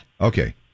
Okay